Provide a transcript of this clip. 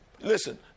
listen